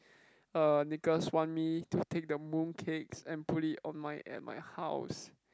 er Nicholas want me to take the mooncakes and put it on my at my house